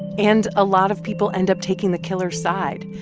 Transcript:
and a lot of people end up taking the killer's side.